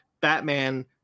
Batman